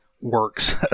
works